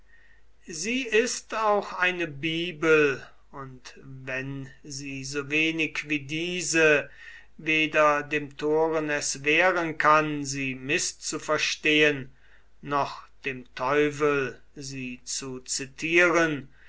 sie ist auch eine bibel und wenn sie so wenig wie diese weder dem toren es wehren kann sie mißzuverstehen noch dem teufel sie zu zitieren